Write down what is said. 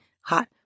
hot